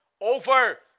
Over